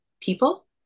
people